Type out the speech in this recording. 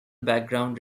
background